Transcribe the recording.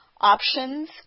options